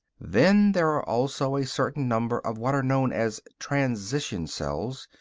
then there are also a certain number of what are known as transition-cells,